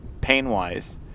pain-wise